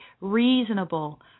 reasonable